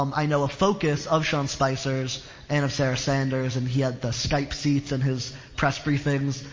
um i know a focus of sean spicer's and of sarah sander's and he had the skype seats in his press briefings,